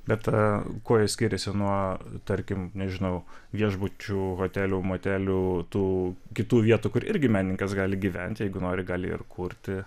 bet kuo ji skiriasi nuo tarkim nežinau viešbučių hotelių motelių tų kitų vietų kur irgi menininkas gali gyventi jeigu nori gali ir kurti